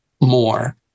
more